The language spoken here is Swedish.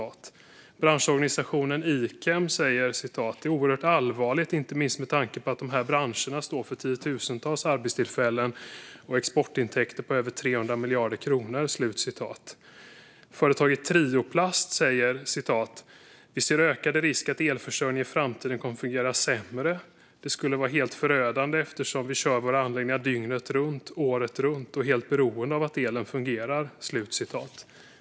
Branschorganisationen Ikem säger: "Det är oerhört allvarligt inte minst med tanke på att de här branscherna står för tiotusentals arbetstillfällen och exportintäkter på över 300 miljarder kronor". Företaget Trioplast säger: "Vi ser ökande risk att elförsörjningen i framtiden kommer fungera sämre. Det skulle vara helt förödande eftersom vi kör våra anläggningar dygnet runt, året runt och är helt beroende av att elen fungerar".